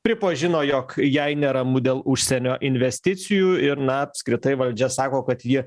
pripažino jog jai neramu dėl užsienio investicijų ir na apskritai valdžia sako kad ji